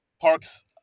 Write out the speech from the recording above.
Park's